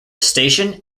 station